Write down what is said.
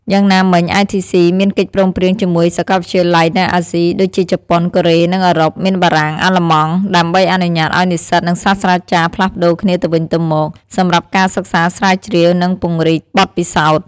យ៉ាងណាមិញITC មានកិច្ចព្រមព្រៀងជាមួយសាកលវិទ្យាល័យនៅអាស៊ី ដូចជាជប៉ុន កូរ៉េ និងអឺរ៉ុបមាន បារាំង អាល្លឺម៉ង់ ដើម្បីអនុញ្ញាតឱ្យនិស្សិត និងសាស្ត្រាចារ្យផ្លាស់ប្តូរគ្នាទៅវិញទៅមកសម្រាប់ការសិក្សាស្រាវជ្រាវ និងពង្រីកបទពិសោធន៍។